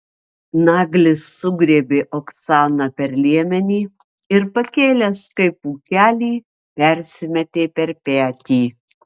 naglis sugriebė oksaną per liemenį ir pakėlęs kaip pūkelį persimetė per petį